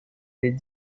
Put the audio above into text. les